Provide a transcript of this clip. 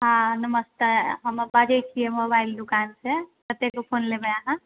हॅं नमस्ते हम बाजै छियै मोबाइल दुकान से कते के फोन लेबै अहाँ